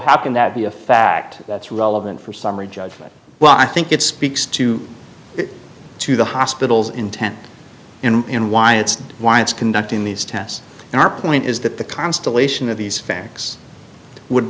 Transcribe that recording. how can that be a fact that's relevant for summary judgment well i think it speaks to to the hospital's intent and why it's why it's conducting these tests and our point is that the constellation of these facts would